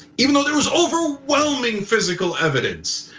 even though there was overwhelming physical evidence.